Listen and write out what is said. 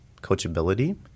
coachability